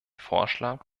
vorschlag